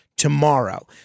Tomorrow